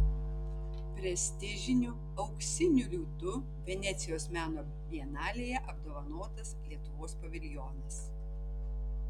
prestižiniu auksiniu liūtu venecijos meno bienalėje apdovanotas lietuvos paviljonas